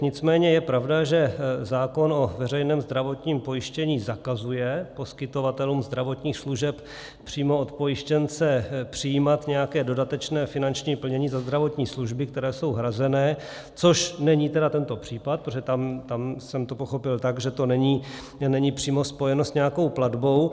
Nicméně je pravda, že zákon o veřejném zdravotním pojištění zakazuje poskytovatelům zdravotních služeb přímo od pojištěnce přijímat nějaké dodatečné finanční plnění za zdravotní služby, které jsou hrazené, což není tedy tento případ, protože tam jsem to pochopil tak, že to není přímo spojeno s nějakou platbou.